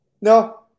No